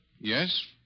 Yes